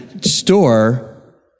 store